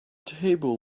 table